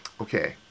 Okay